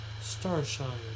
Starshine